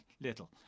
Little